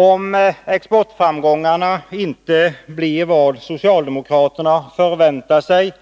Om exportframgångarna inte blir vad socialdemokraterna förväntar sig